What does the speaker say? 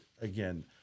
again